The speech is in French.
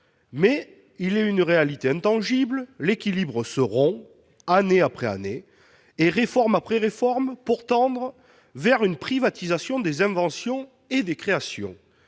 Mais il y a une réalité intangible : l'équilibre se rompt année après année, réforme après réforme, pour tendre vers une privatisation des inventions et des créations.